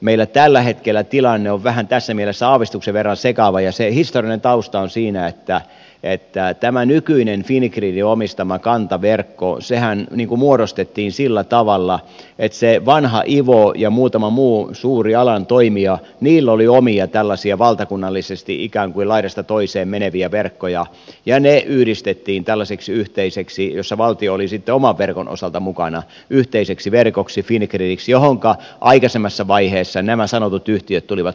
meillä tällä hetkellä tilanne on tässä mielessä aavistuksen verran sekava ja se historiallinen tausta on siinä että tämä nykyinen fingridin omistama kantaverkkohan muodostettiin sillä tavalla että sillä vanhalla ivolla ja muutamalla muulla suurella alan toimijalla oli omia tällaisia valtakunnallisesti ikään kuin laidasta toiseen meneviä verkkoja ja ne yhdistettiin tällaiseksi yhteiseksi verkoksi fingridiksi jossa valtio oli sitten oman verkon osalta mukana johonka aikaisemmassa vaiheessa nämä sanotut yhtiöt tulivat mukaan